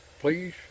please